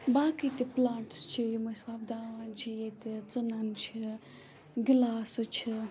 باقٕے تہِ پٕلانٛٹٕس چھِ یِم أسۍ وۄپداوان چھِ ییٚتہِ ژٕنَن چھِ گِلاسہٕ چھِ